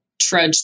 trudge